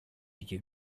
you